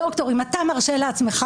דוקטור אם אתה מרשה לעצמך,